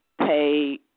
pay